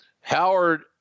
Howard